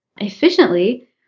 efficiently